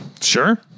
sure